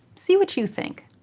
see what you think.